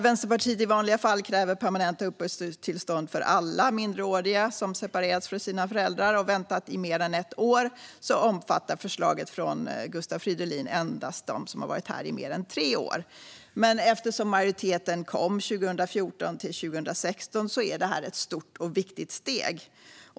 Vänsterpartiet kräver i vanliga fall permanenta uppehållstillstånd för alla minderåriga som har separerats från sina föräldrar och väntat i mer än ett år. Men förslaget från Gustav Fridolin omfattar endast dem som har varit här i mer än tre år. Men eftersom majoriteten kom 2014-2016 är detta ett stort och viktigt steg.